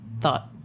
thought